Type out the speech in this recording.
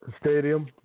stadium